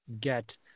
get